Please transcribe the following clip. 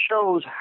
shows